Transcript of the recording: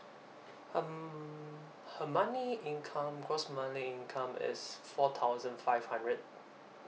um her monthly income gross monthly income is four thousand five hundred